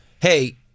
hey